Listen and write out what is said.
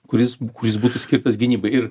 kuris kuris būtų skirtas gynybai ir